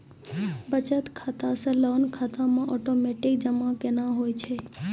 बचत खाता से लोन खाता मे ओटोमेटिक जमा केना होय छै?